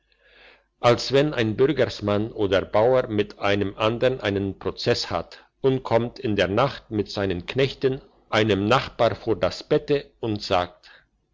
als wenn ein bürgersmann oder bauer mit einem andern einen prozess hat und kommt in der nacht mit seinen knechten einem nachbar vor das bette und sagt